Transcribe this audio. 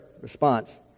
response